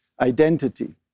identity